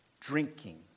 Drinking